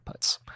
outputs